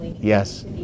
yes